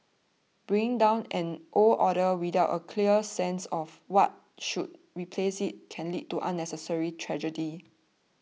bringing down an old order without a clear sense of what should replace it can lead to unnecessary tragedy